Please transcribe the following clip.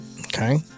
Okay